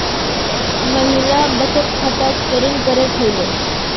महिला बचत खाता केरीन करें खुलबे